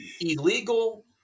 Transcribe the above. illegal